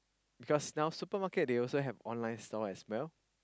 because now supermarket they also have online store as well